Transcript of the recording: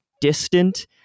distant